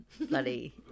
bloody